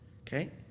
Okay